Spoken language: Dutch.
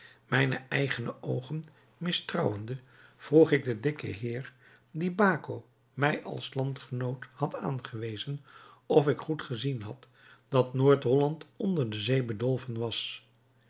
mijne eigene oogen mistrouwende vroeg ik den dikken heer dien baco mij als een landgenoot had aangewezen of ik goed gezien had dat noord-holland onder de zee bedolven was